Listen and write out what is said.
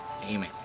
Amen